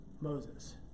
Moses